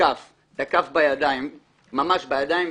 תקף ממש בידיים,